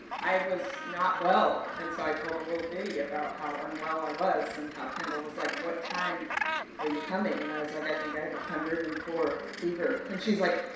i was not well and so i told a little ditty about how unwell i was and how kendall was like, what time are you coming and i was like, i think i have one hundred and four fever and she's like,